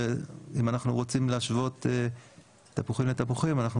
ואם אנחנו רוצים להשוות תפוחים לתפוחים אז אנחנו